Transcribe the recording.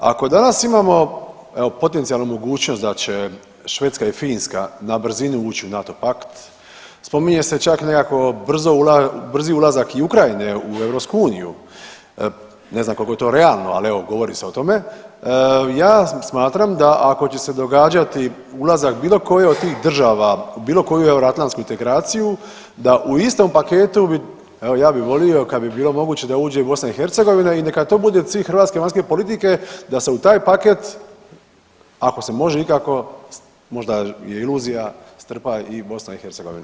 Ako danas imamo evo potencijalnu mogućnost da će Švedska i Finska na brzinu ući u NATO pakt, spominje se čak nekakvo brzi ulazak i Ukrajine u EU, ne znam koliko je to realno, ali evo govori se o tome, ja smatram da ako će se događati ulazak bilo koje od tih država u bilo koju euroatlantsku integraciju da u istom paketu evo ja bi volio kad bi bilo moguće da uđe i BiH i neka to bude cilj hrvatske vanjske politike da se u taj paket ako se može ikako možda je iluzija strpa i BiH.